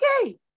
okay